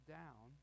down